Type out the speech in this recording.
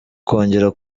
kongera